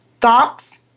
thoughts